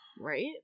right